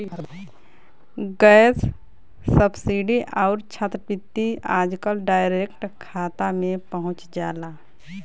gas subsidy आउर छात्रवृत्ति आजकल डायरेक्ट खाता में पहुंच जाला